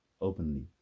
openly